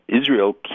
Israel